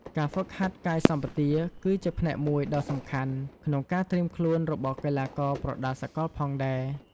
ការហ្វឹកហាត់កាយសម្បទា ក៏ជាផ្នែកមួយដ៏សំខាន់ក្នុងការត្រៀមខ្លួនរបស់កីឡាករប្រដាល់សកលផងដែរ។